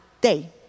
day